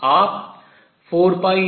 आप 4πm